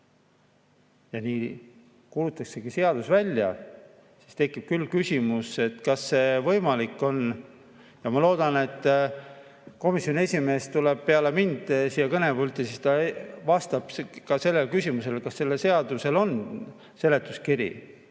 ja nii kuulutataksegi seadus välja, siis tekib küll küsimus, kas see võimalik on. Ma loodan, et kui komisjoni esimees tuleb peale mind siia kõnepulti, siis ta vastab ka küsimusele, kas sellel seadusel on seletuskiri